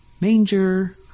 Manger